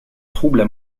troubles